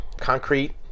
concrete